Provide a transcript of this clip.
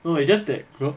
no it's just that